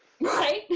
Right